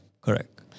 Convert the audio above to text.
Correct